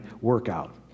workout